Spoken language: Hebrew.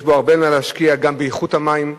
יש הרבה מה להשקיע גם באיכות המים.